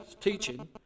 teaching